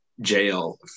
jail